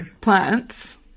Plants